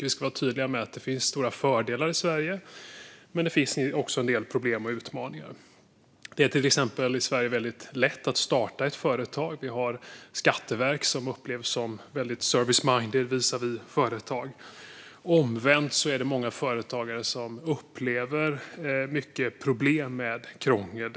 Vi ska vara tydliga med att det finns stora fördelar i Sverige. Men det finns också en del problem och utmaningar. Det är till exempel väldigt lätt att starta ett företag i Sverige. Vi har ett skatteverk som upplevs som väldigt service-minded visavi företag. Omvänt är det många företagare som upplever mycket problem med krångel.